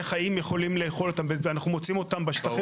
חיים יכולים לאכול אותן ואנחנו מוצאים אותן בשטחים